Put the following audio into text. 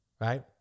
right